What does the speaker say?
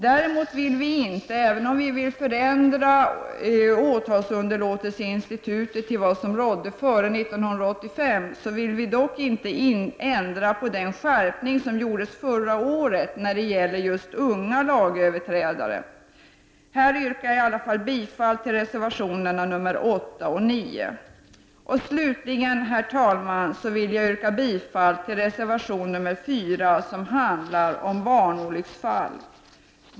Däremot vill vi icke, även om vi vill förändra åtalsunderlåtelseinstitutet till vad som rådde före 1985, ändra på den skärpning som genomfördes förra året när det gäller just unga lagöverträdare. Jag yrkar därför bifall till reservationerna nr 8 och 9. Slutligen, herr talman, vill jag yrka bifall till reservation nr 4, som handlar om barnolycksfall.